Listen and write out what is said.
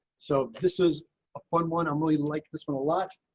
so this is a fun one. i'm really like this one a lot.